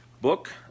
book